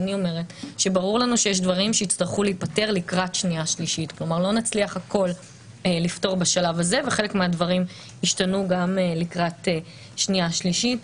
ואני מקווה שהיום נפתור חלק גדול מהדברים ונתקדם לקראת הקריאה הראשונה.